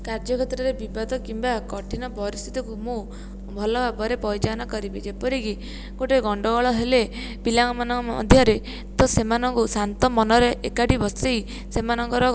କାର୍ଯ୍ୟକ୍ଷେତ୍ରରେ ବିବାଦ କିମ୍ବା କଠିନ ପରିସ୍ଥିତିକୁ ମୁଁ ଭଲ ଭାବରେ ପରିଚାଳନା କରିବି ଯେପରି କି ଗୋଟେ ଗଣ୍ଡଗୋଳ ହେଲେ ପିଲାମାନଙ୍କ ମଧ୍ୟରେ ତ ସେମାନଙ୍କୁ ଶାନ୍ତମନରେ ଏକାଠି ବସାଇ ସେମାନଙ୍କର